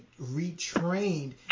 retrained